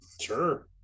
Sure